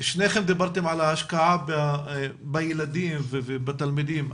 שניכם דיברתם על ההשקעה בילדים ובתלמידים.